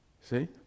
See